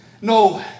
No